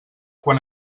quan